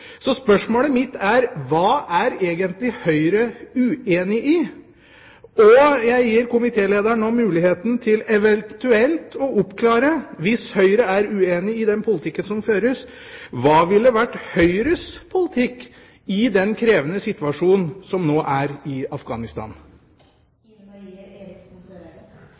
Så spørsmålet mitt er: Hva er egentlig Høyre uenig i? Jeg gir nå komitélederen muligheten til eventuelt å oppklare: Hvis Høyre er uenig i den politikken som føres, hva ville vært Høyres politikk i den krevende situasjonen som nå er i Afghanistan?